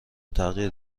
تغییر